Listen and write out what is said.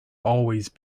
always